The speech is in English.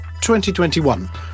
2021